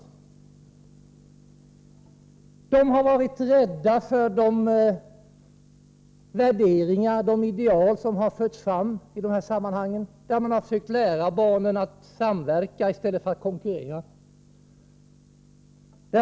Högerkrafterna har varit rädda för de värderingar och ideal som förts fram i de här sammanhangen, när man har försökt lära barnen att samverka i stället för att konkurrera.